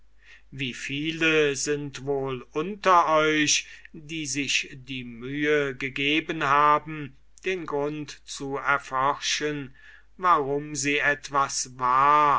wie viele unter euch haben sich die mühe gegeben den grund zu erforschen warum sie etwas wahr